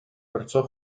perciò